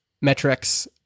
metrics